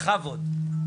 בכבוד.